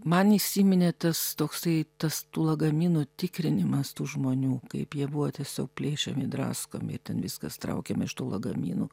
man įsiminė tas toksai tas tų lagaminų tikrinimas tų žmonių kaip jie buvo tiesiog plėšomi draskomi ir ten viskas traukiama iš tų lagaminų